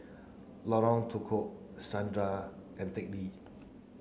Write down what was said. Lorong Tukol and Teck Lee